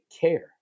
care